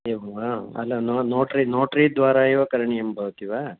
एवं वा अल नो नोट्री नोट्री द्वारा एव करणीयं भवति वा